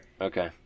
Okay